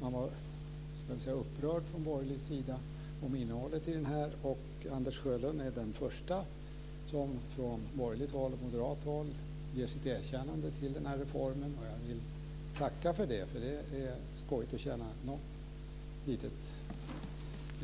Man var upprörd från borgerlig sida över innehållet i detta. Anders Sjölund är den förste som från borgerligt och moderat håll ger sitt erkännande till den här reformen. Jag vill tacka för det. Det är skojigt att få något litet